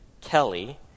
Kelly